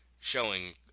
showing